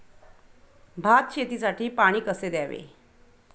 भात शेतीसाठी पाणी कसे द्यावे?